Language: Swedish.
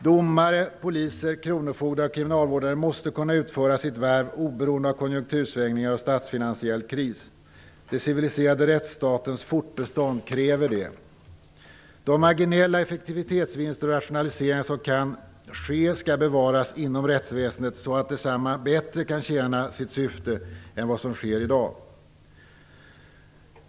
Domare, poliser, kronofogdar och kriminalvårdare måste kunna utföra sitt värv oberoende av konjunktursvängningar och statsfinansiell kris. Den civiliserade rättsstatens fortbestånd kräver det. De marginella effektivitetsvinster och rationaliseringar som kan ske skall bevaras inom rättsväsendet, så att detsamma bättre kan tjäna sitt syfte än som sker i dag.